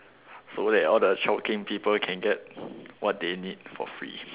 so that all the chao keng people can get what they need for free